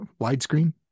widescreen